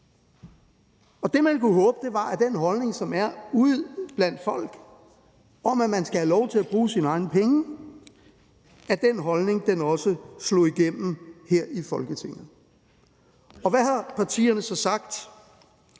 som man kunne håbe, var, at den holdning, som er ude blandt folk, om, at man skal have lov til at bruge sine egne penge, også slog igennem her i Folketinget. Og hvad har partierne så sagt?